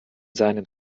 seinem